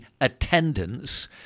attendance